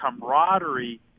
camaraderie